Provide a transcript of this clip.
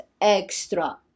extra